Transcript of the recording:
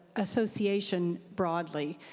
association broadly.